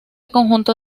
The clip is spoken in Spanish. conjunto